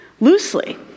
loosely